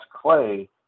Clay